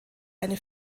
eine